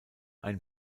ein